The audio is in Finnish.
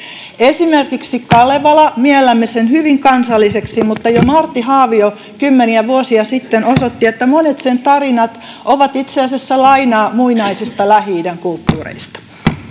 esimerkiksi kalevalan miellämme hyvin kansalliseksi mutta jo martti haavio kymmeniä vuosia sitten osoitti että monet sen tarinat ovat itse asiassa lainaa muinaisista lähi idän kulttuureista